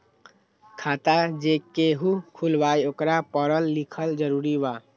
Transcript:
खाता जे केहु खुलवाई ओकरा परल लिखल जरूरी वा?